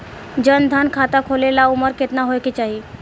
जन धन खाता खोले ला उमर केतना होए के चाही?